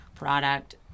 product